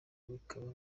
bikaba